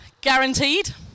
guaranteed